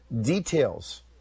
details